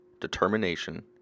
determination